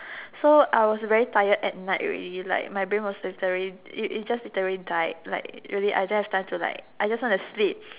so I was very tired at night already like my brain was literally it it just literally died like really I don't have time to like I just want to sleep